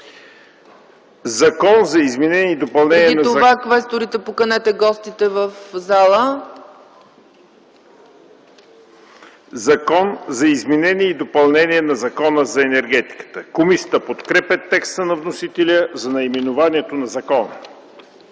„Закон за изменение и допълнение на Закона за енергетиката”. Комисията подкрепя текста на вносителя за наименованието на закона.